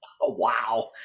Wow